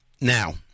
now